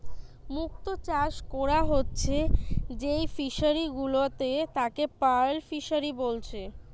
মুক্ত চাষ কোরা হচ্ছে যেই ফিশারি গুলাতে তাকে পার্ল ফিসারী বলছে